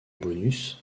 bonus